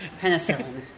Penicillin